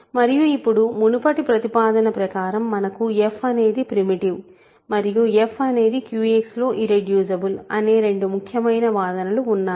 మరియు ఇప్పుడు మునుపటి ప్రతిపాదన ప్రకారం మనకు f అనేది ప్రిమిటివ్ మరియు f అనేది QX లో ఇర్రెడ్యూసిబుల్ అనే రెండు ముఖ్యమైన వాదనలు ఉన్నాయి